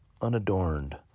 unadorned